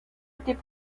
était